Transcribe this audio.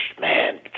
man